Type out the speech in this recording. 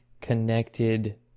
connected